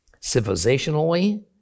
Civilizationally